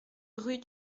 rue